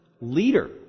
leader